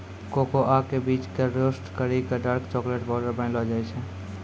cocoa के बीज कॅ रोस्ट करी क डार्क चाकलेट पाउडर बनैलो जाय छै